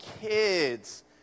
kids